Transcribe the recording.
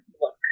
look